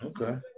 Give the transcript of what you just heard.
Okay